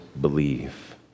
believe